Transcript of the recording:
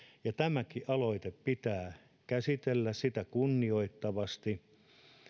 ja tämäkin aloite pitää käsitellä sitä kunnioittavasti